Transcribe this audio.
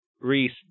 Reese